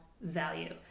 value